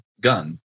gun